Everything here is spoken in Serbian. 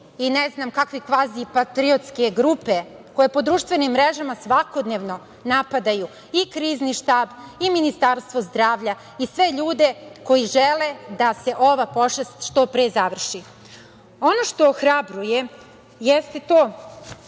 i ne znam kakvi kvazi patriotske grupe koje po društvenim mrežama svakodnevno napadaju i Krizni štab, i Ministarstvo zdravlja i sve ljude koji žele da se ova pošast što pre završi. Ono što ohrabruje jeste to